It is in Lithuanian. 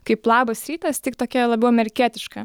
kaip labas rytas tik tokia labiau amerikietiška